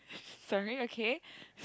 sorry okay